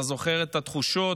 אתה זוכר את התחושות.